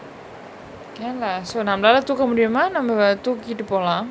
can lah so நம்மளால தூக்க முடியுமா நம்ம தூக்கிட்டு போலா:nammalaala thooka mudiyumaa namma thookitu polaa